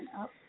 up